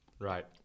Right